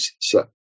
set